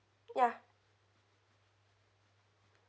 ya